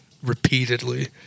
repeatedly